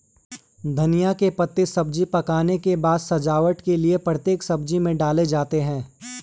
धनिया के पत्ते सब्जी पकने के बाद सजावट के लिए प्रत्येक सब्जी में डाले जाते हैं